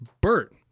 Bert